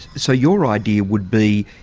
so your idea would be,